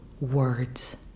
words